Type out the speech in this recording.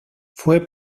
fue